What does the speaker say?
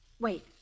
Wait